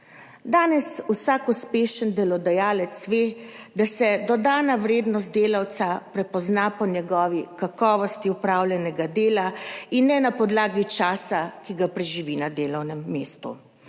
Danes vsak uspešen delodajalec ve, da se dodana vrednost delavca prepozna po njegovi kakovosti opravljenega dela in ne na podlagi časa, ki ga preživi na delovnem mestu.